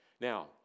Now